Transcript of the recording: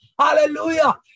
Hallelujah